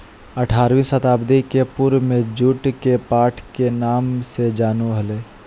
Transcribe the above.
आठारहवीं शताब्दी के पूर्व में जुट के पाट के नाम से जानो हल्हो